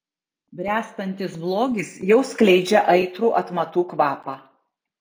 bręstantis blogis jau skleidžia aitrų atmatų kvapą